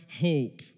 hope